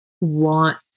want